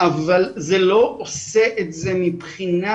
אבל זה לא עושה את זה מבחינת